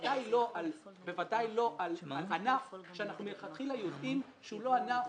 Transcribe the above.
בוודאי לא על ענף שאנחנו מלכתחילה יודעים שהוא לא ענף